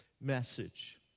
message